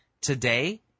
today